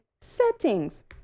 settings